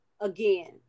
again